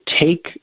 take